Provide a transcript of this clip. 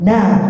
Now